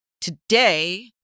today